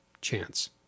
chance